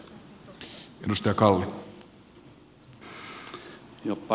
arvoisa puheenjohtaja